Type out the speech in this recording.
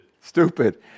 stupid